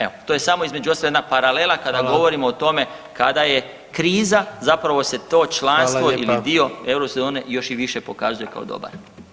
Evo to je samo između ostalog jedna paralela kada govorimo o tome kada je kriza zapravo se to članstvo [[Upadica predsjednik: Hvala lijepa.]] ili dio euro zone još i više pokazuje kao dobar.